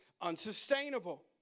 unsustainable